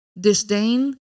disdain